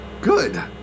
Good